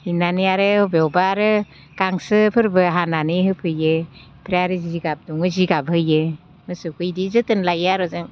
हैनानै आरो बबेयावबा आरो गांसोफोरबो हानानै होफैयो ओमफ्राय आरो जिगाब दुमो जिगाब होयो मोसौखौ बिदि जोथोन लायो आरो जों